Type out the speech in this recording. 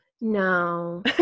No